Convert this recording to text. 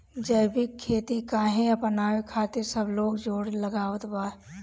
जैविक खेती काहे अपनावे खातिर सब लोग जोड़ लगावत बा?